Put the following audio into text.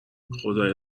خدایا